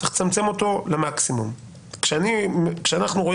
אני מאוד מקווה